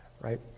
Right